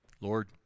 Lord